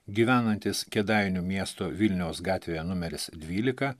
gyvenantis kėdainių miesto vilniaus gatvėje numeris dvylika